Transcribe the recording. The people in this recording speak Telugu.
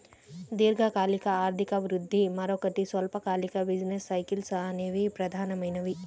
దీర్ఘకాలిక ఆర్థిక వృద్ధి, మరోటి స్వల్పకాలిక బిజినెస్ సైకిల్స్ అనేవి ప్రధానమైనవి